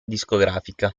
discografica